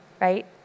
right